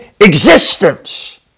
existence